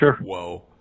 whoa